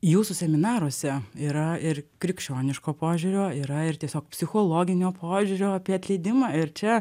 jūsų seminaruose yra ir krikščioniško požiūrio yra ir tiesiog psichologinio požiūrio apie atleidimą ir čia